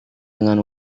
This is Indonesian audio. dengan